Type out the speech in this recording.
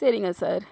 சரிங்க சார்